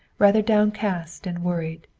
rather downcast and worried,